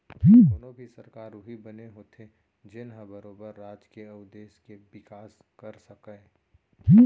कोनो भी सरकार उही बने होथे जेनहा बरोबर राज के अउ देस के बिकास कर सकय